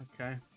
Okay